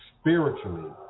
spiritually